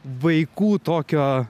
vaikų tokio